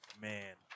man